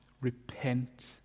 repent